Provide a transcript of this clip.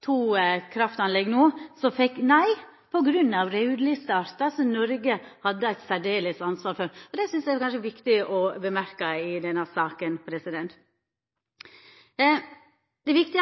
to kraftanlegg som no fekk nei på grunn av raudlisteartar som Noreg hadde eit særleg ansvar for. Det synest eg kanskje er viktig å seia i denne saka. Det er viktig